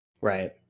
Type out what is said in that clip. Right